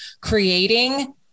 creating